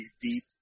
deep